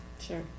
Sure